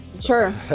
Sure